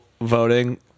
voting